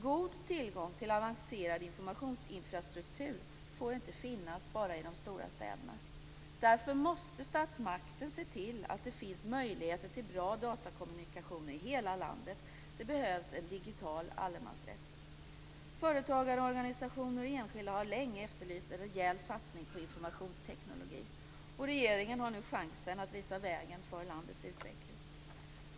God tillgång till avancerad informationsinfrastruktur får inte finnas bara i de stora städerna. Därför måste statsmakten se till att det finns möjlighet till bra datakommunikationer i hela landet. Det behövs en digital allemansrätt. Företagarorganisationer och enskilda har länge efterlyst en rejäl satsning på informationsteknik. Regeringen har nu chansen att visa vägen för landets utveckling.